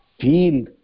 feel